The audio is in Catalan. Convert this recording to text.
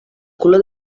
color